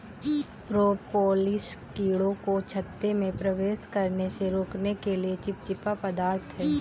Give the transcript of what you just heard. propolis कीड़ों को छत्ते में प्रवेश करने से रोकने के लिए चिपचिपा पदार्थ है